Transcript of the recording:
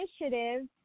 initiative